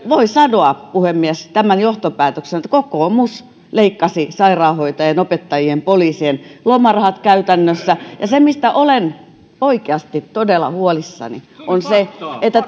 voi sanoa puhemies tämän johtopäätöksenä että kokoomus leikkasi sairaanhoitajien opettajien poliisien lomarahat käytännössä se mistä olen oikeasti todella huolissani on se että